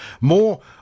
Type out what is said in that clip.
More